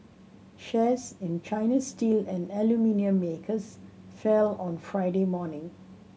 shares in Chinese steel and aluminium makers fell on Friday morning